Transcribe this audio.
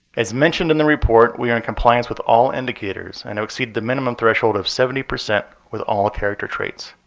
as mentioned in the report, we are in compliance with all indicators and exceed the minimum threshold of seventy percent with all character traits.